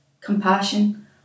compassion